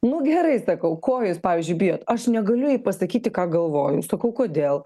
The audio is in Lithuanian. nu gerai sakau ko jūs pavyzdžiui bijot aš negaliu jai pasakyti ką galvoju sakau kodėl